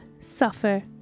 suffer